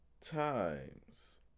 times